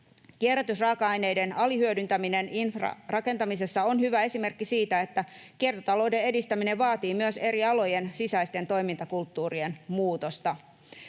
Kierrätysraaka-aineiden alihyödyntäminen infrarakentamisessa on hyvä esimerkki siitä, että kiertotalouden edistäminen vaatii myös eri alojen sisäisten toimintakulttuurien muutosta.